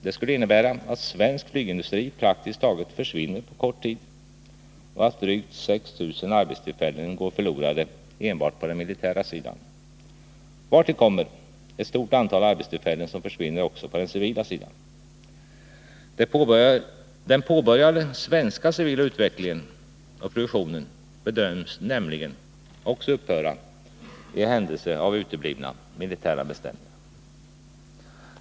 Det skulle innebära att svensk flygindustri praktiskt taget försvinner på kort tid och att drygt 6 000 arbetstillfällen går förlorade enbart på den militära sidan, vartill kommer att ett stort antal arbetstillfällen försvinner också på den civila sidan. Den påbörjade svenska civila utvecklingen och produktionen bedöms nämligen också upphöra i händelse av uteblivna militära beställningar.